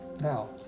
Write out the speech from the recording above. Now